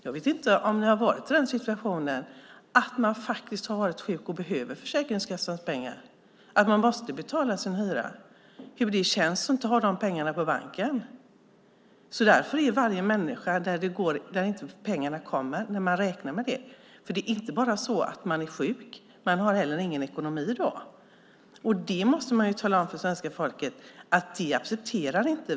Jag vet inte om ni har varit i situationen att ni har varit sjuka och behövt Försäkringskassans pengar för att betala hyran, om ni vet hur det känns att inte ha de pengarna på banken. Varje människa som pengarna inte kommer till när den räknar med det, den är inte bara sjuk. Den har heller ingen ekonomi. Det måste vi tala om för svenska folket att vi inte accepterar.